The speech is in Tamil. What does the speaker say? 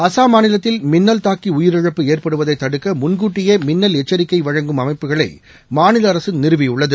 அஸ்ஸாம் மாநிலத்தில் மின்னல் தாக்கி உயிரிழப்பு ஏற்படுவதை தடுக்க முன்கூட்டியே மின்னல் எச்சரிக்கை வழங்கும் அமைப்புகளை மாநில அரசு நிறுவியுள்ளது